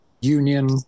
union